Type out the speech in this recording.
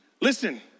Listen